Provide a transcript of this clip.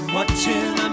Watching